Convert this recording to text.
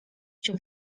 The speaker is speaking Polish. się